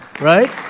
right